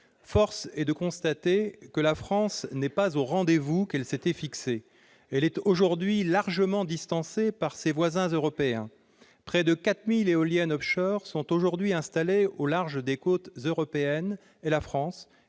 Force est de constater que la France n'est pas au rendez-vous qu'elle s'était fixé. Elle est aujourd'hui largement distancée par ses voisins européens. Près de 4 000 éoliennes sont aujourd'hui installées au large des côtes européennes, et la France,